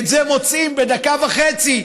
את זה מוצאים בדקה וחצי,